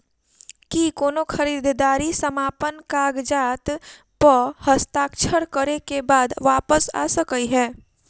की कोनो खरीददारी समापन कागजात प हस्ताक्षर करे केँ बाद वापस आ सकै है?